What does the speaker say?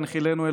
והנחילם,